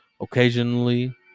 Occasionally